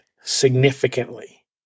significantly